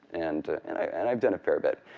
and and i've and i've done a fair bit.